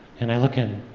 and i look at,